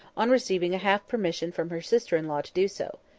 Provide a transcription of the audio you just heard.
on receiving a half-permission from her sister-in-law to do so.